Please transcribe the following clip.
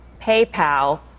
PayPal